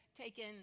taken